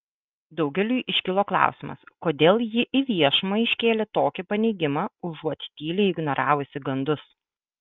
daugeliui iškilo klausimas kodėl ji į viešumą iškėlė tokį paneigimą užuot tyliai ignoravusi gandus